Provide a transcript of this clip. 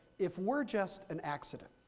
if we're just an accident,